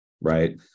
right